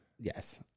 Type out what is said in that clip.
yes